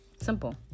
Simple